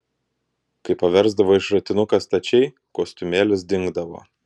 kai paversdavai šratinuką stačiai kostiumėlis dingdavo